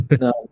No